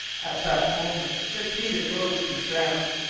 at that moment dirk peters rose from the ground,